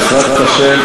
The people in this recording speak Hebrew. בעזרת השם,